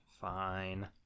Fine